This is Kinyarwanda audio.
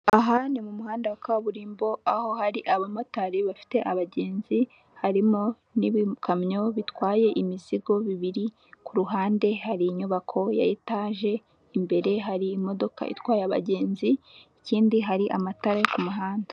Aha ni mu muhanda wa kaburimbo aho hari abamotari bafite abagenzi harimo n'ibikamyo bitwaye imizigo bibiri. Ku ruhande hari inyubako ya etage, imbere hari imodoka itwaye abagenzi ikindi hari amatara yo mu muhanda.